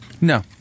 No